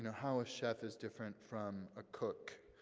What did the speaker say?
how a chef is different from a cook.